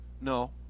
No